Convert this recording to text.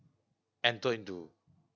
enter into